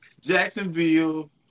Jacksonville